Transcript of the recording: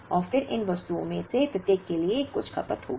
और फिर इन वस्तुओं में से प्रत्येक के लिए कुछ खपत होगी